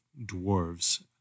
dwarves